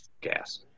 gas